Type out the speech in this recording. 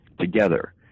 together